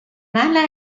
mala